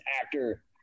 actor